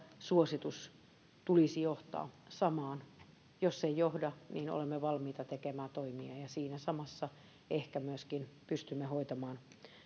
suosituksen tulisi johtaa samaan jos se ei johda niin olemme valmiita tekemään toimia ja siinä samassa ehkä myöskin pystymme hoitamaan